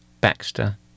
Baxter